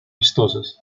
vistosas